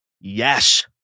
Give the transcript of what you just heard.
yes